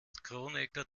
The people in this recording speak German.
kronecker